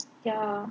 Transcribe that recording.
ya